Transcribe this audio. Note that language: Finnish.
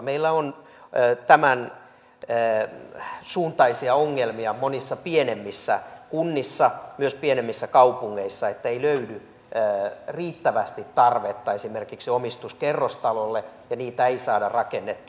meillä on tämänsuuntaisia ongelmia monissa pienemmissä kunnissa myös pienemmissä kaupungeissa että ei löydy riittävästi tarvetta esimerkiksi omistuskerrostalolle ja niitä ei saada rakennettua